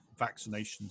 vaccinations